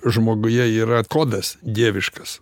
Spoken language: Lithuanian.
žmoguje yra kodas dieviškas